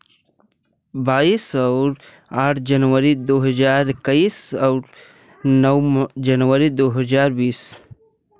बाईस और आठ जनवरी दो हज़ार इक्कीस और नौ जनवरी दो हज़ार बीस